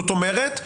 זאת אומרת,